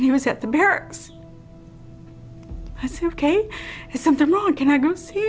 he was at the barracks i say ok is something wrong can i go see